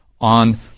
on